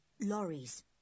lorries